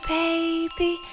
baby